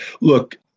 Look